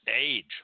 age